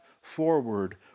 forward